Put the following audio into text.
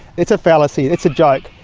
it's a fallacy, it's a joke.